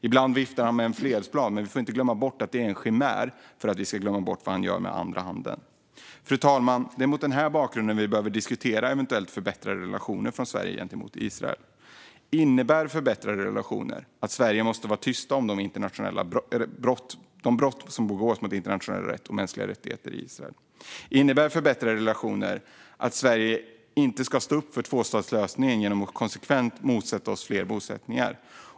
Ibland viftar han med en fredsplan, men vi får inte glömma bort att det är en chimär för att vi ska glömma bort vad han gör med andra handen. Fru talman! Det är mot denna bakgrund som vi behöver diskutera eventuellt förbättrade relationer från Sverige gentemot Israel. Innebär förbättrade relationer att Sverige måste vara tyst i fråga om de brott som begås mot internationell rätt och mänskliga rättigheter i Israel? Innebär förbättrade relationer att Sverige inte ska stå upp för tvåstatslösningen genom att konsekvent motsätta sig fler bosättningar?